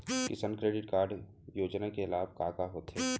किसान credit card योजना के लाभ का का होथे?